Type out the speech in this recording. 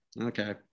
okay